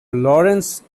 laurence